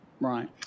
Right